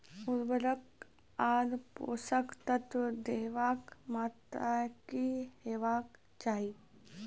उर्वरक आर पोसक तत्व देवाक मात्राकी हेवाक चाही?